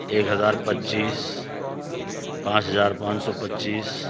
ایک ہزار پچیس پانچ ہزار پانچ سو پچیس